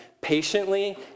patiently